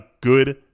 good